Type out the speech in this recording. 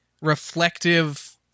reflective